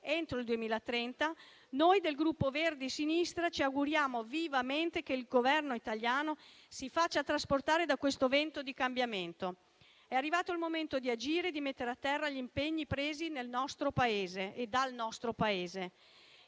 entro il 2030, noi del Gruppo Verdi e Sinistra ci auguriamo vivamente che il Governo italiano si faccia trasportare da questo vento di cambiamento. È arrivato il momento di agire e di mettere a terra gli impegni presi nel nostro Paese e dal nostro Paese.